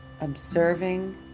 observing